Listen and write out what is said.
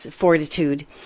fortitude